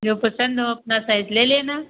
जो पसंद हो अपना सेट ले लेना